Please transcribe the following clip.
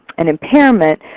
an impairment,